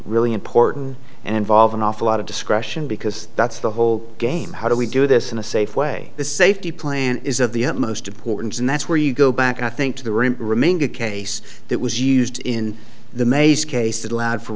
really important and involve an awful lot of discretion because that's the whole game how do we do this in a safe way the safety plan is of the utmost importance and that's where you go back i think to the room remained the case that was used in the maze case that allowed for